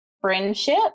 friendship